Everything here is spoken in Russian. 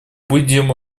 будем